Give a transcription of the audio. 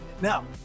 Now